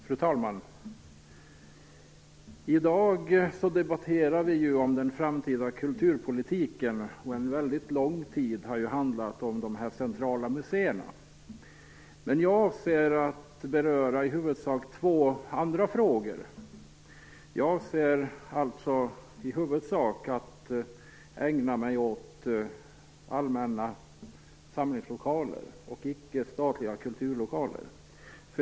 Fru talman! I dag debatterar vi den framtida kulturpolitiken. Debatten har under lång tid handlat om de centrala museerna, men jag avser att beröra i huvudsak två andra frågor. Jag avser i huvudsak att ägna mig åt allmänna samlingslokaler och icke-statliga kulturlokaler.